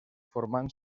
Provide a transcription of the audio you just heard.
formant